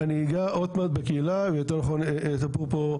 אני אגע גם בקהילה, יותר נכון ידברו פה.